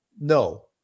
no